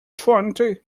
twenty